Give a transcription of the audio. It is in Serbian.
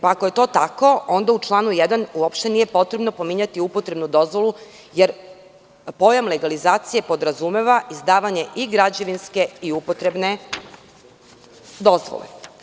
Ako je to tako onda u članu 1. uopšte nije potrebno pominjati upotrebnu dozvolu, jer pojam legalizacije podrazumeva izdavanje i građevinske i upotrebne dozvole.